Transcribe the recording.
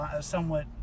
somewhat